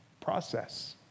Process